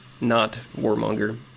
not-warmonger